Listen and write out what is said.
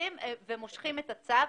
מתנגדים והם מושכים את הצו,